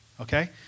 Okay